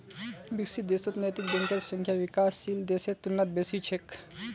विकसित देशत नैतिक बैंकेर संख्या विकासशील देशेर तुलनात बेसी छेक